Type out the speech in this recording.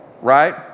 right